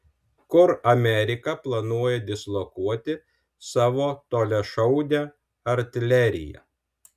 kur amerika planuoja dislokuoti savo toliašaudę artileriją